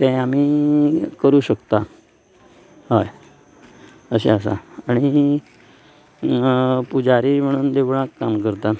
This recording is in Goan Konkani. तें आमी करूंक शकतात हय अशें आसा आनी पुजारी म्हणून देवळांत काम करतात